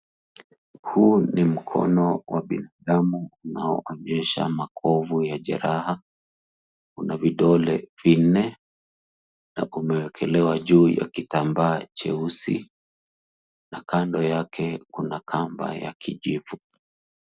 Huu ni mkono wa binadamu unaoonyesha makovu ya jeraha. Kuna vidole vinne na umewekelewa juu ya kitambaa cheusi na kando yake kuna kamba ya kijivu.